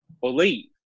believe